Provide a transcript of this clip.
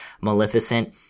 Maleficent